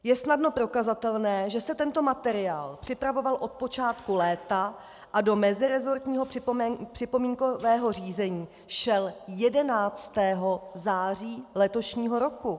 Je snadno prokazatelné, že se tento materiál připravoval od počátku léta a do meziresortního připomínkového řízení šel 11. září letošního roku.